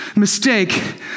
mistake